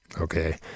okay